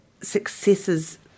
successes